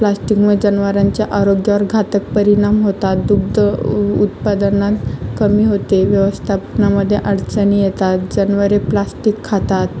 प्लास्टिकमुळे जनावारांच्या आरोग्यावर घातक परिणाम होतात दुग्ध उ उ उत्पादन कमी होते व्यवस्थापनामध्ये अडचणी येतात जनावरे प्लास्टिक खातात